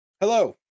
hello